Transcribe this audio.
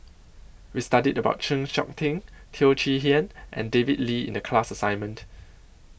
We studied about Chng Seok Tin Teo Chee Hean and David Lee in The class assignment